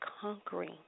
conquering